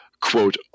quote